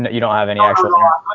you don't have any actually um